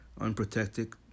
unprotected